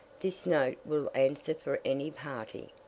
this note will answer for any party.